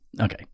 Okay